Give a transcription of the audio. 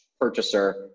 purchaser